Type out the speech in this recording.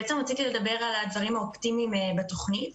בעצם רציתי לדבר על הדברים האופטימיים בתוכנית.